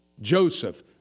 Joseph